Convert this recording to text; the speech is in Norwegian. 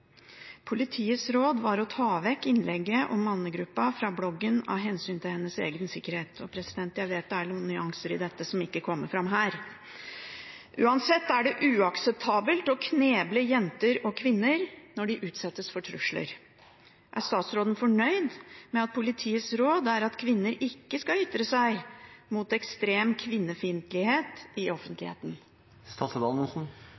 Politiets råd var å ta vekk innlegget om mannegruppa fra bloggen av hensyn til hennes egen sikkerhet». – Og president, jeg vet at det er noen nyanser i dette som ikke kommer fram her. – «Det er uakseptabelt å kneble jenter og kvinner når de utsettes for trusler. Er statsråden fornøyd med at politiets råd er at kvinner ikke skal ytre seg mot ekstrem kvinnefiendtlighet i